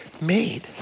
made